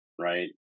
Right